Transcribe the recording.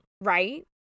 right